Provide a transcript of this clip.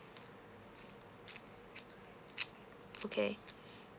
okay